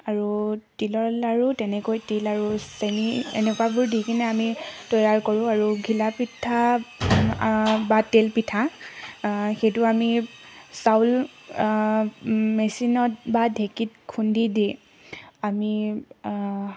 আৰু তিলৰ লাৰু তেনেকৈ তিল আৰু চেনি এনেকুৱাবোৰ দি কিনে আমি তৈয়াৰ কৰোঁ আৰু ঘিলা পিঠা বা তেল পিঠা সেইটো আমি চাউল মেচিনত বা ঢেকীত খুন্দি দি আমি